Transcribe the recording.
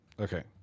Okay